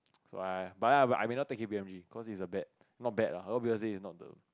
so I but I may not take K_P_M_G cause it's a bad not bad lah a lot people say it's not the